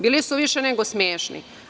Bili su više nego smešni.